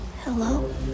Hello